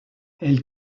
elles